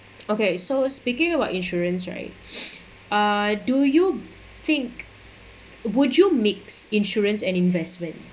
okay so speaking about insurance right uh do you think would you mix insurance and investment